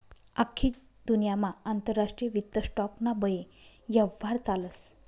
आख्खी दुन्यामा आंतरराष्ट्रीय वित्त स्टॉक ना बये यव्हार चालस